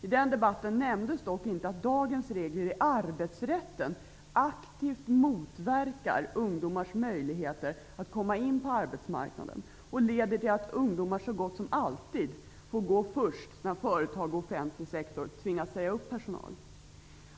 I den debatten nämndes dock inte att dagens regler för arbetsrätten aktivt motverkar ungdomars möjligheter att komma in på arbetsmarknaden och leder till att ungdomar så gott som alltid får gå först när företag och offentlig sektor tvingas säga upp personal.